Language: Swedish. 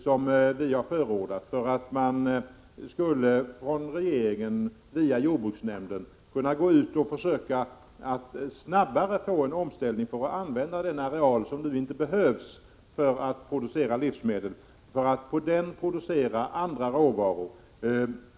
Det har vi förordat för att regeringen via jordbruksnämnden snabbare skulle kunna få till stånd en omställning för att använda den areal som nu inte behövs för att producera livsmedel till att producera andra råvaror.